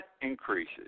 increases